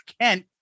Kent